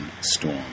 storm